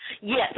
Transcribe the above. Yes